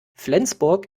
flensburg